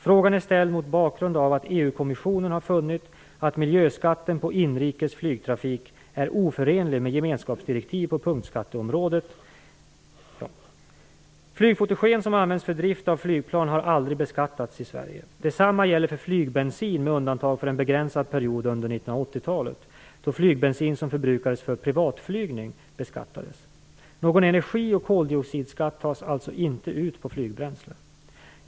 Frågan är ställd mot bakgrund av att EU-kommissionen har funnit att miljöskatten på inrikes flygtrafik är oförenlig med gemenskapsdirektiv på punktskatteområdet Flygfotogen som används för drift av flygplan har aldrig beskattats i Sverige. Detsamma gäller för flygbensin med undantag för en begränsad period under 1980-talet, då flygbensin som förbrukades för privatflygning beskattades. Någon energi och koldioxidskatt tas alltså inte ut på flygbränsle.